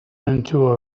into